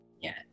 Yes